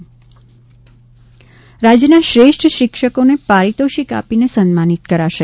Manish Doshi bite રાજ્યના શ્રેષ્ઠ શિક્ષકોને પારિતોષિક આપીને સન્માનિત કરાશે